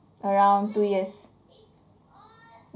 around two years